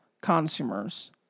consumers